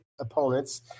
Opponents